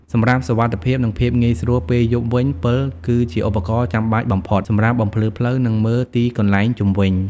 សម្រាប់សុវត្ថិភាព និងភាពងាយស្រួលពេលយប់វិញ ពិល គឺជាឧបករណ៍ចាំបាច់បំផុតសម្រាប់បំភ្លឺផ្លូវ និងមើលទីកន្លែងជុំវិញ។